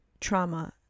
trauma